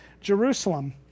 Jerusalem